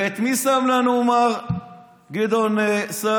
ואת מי שם לנו מר גדעון סער?